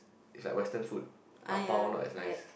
is like western food dabao not as nice